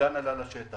והקבלן עלה לשטח.